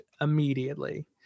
immediately